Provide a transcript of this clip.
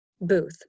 booth